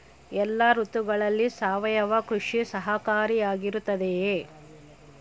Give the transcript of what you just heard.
ಎಲ್ಲ ಋತುಗಳಲ್ಲಿ ಸಾವಯವ ಕೃಷಿ ಸಹಕಾರಿಯಾಗಿರುತ್ತದೆಯೇ?